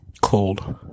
Cold